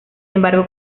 embargo